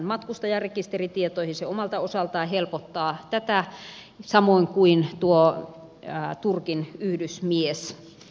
se omalta osaltaan helpottaa tätä samoin kuin tuo turkin yhdysmies